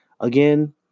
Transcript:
again